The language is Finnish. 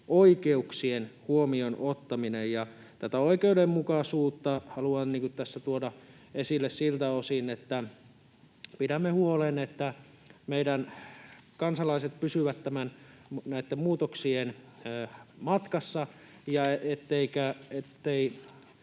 oikeuksien huomioon ottaminen, ja tätä oikeudenmukaisuutta haluan tässä tuoda esille siltä osin, että pidämme huolen, että meidän kansalaiset pysyvät näitten muutoksien matkassa eikä